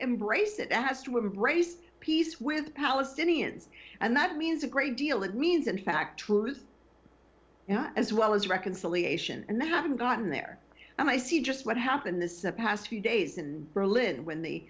embrace it and has to embrace peace with palestinians and that means a great deal it means in fact truth you know as well as reconciliation and they haven't gotten there and i see just what happened this past few days in berlin when the